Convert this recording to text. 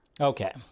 Okay